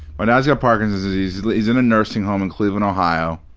my dad's got parkinson's disease, he's in a nursing home in cleveland, ohio,